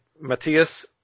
Matthias